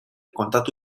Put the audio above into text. kontatu